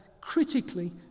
critically